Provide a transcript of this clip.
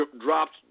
drops